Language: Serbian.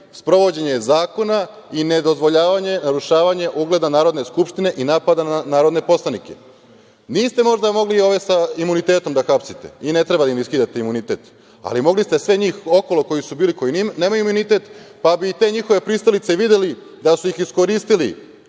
sprovođenje zakona i ne dozvoljavanje narušavanja ugleda Narodne skupštine i napada na narodne poslanike. Niste možda mogli ove sa imunitetom da hapsite i ne treba da im skidate imunitet, ali mogli ste sve njih okolo koji su bili i koji nemaju imunitet, pa bi te njihove pristalice videli da su ih iskoristili